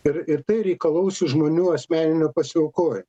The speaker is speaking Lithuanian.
ir ir tai reikalaus žmonių asmeninio pasiaukojimo